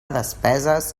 despeses